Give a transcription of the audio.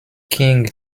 king